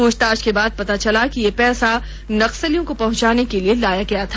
पुछताछ के बाद पता चला कि यह पैसा नक्सलियों को पहुंचाने के लिये लाया गया था